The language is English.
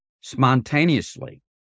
spontaneously